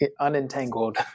unentangled